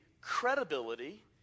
credibility